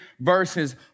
verses